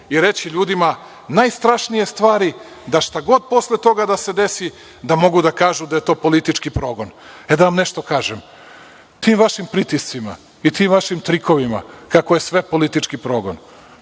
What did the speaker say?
i reći ljudima najstrašnije stvari da šta god posle toga da se desi da mogu da kažu da je to politički progon. Da vam nešto kažem, tim vašim pritiscima i tim vašim trikovima kako je sve politički progon